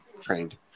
trained